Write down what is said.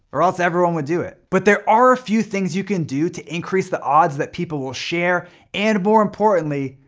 or else everyone would do it. but there are a few things you can do to increase the odds that people will share and more importantly,